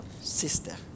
sister